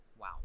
Wow